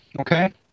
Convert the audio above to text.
okay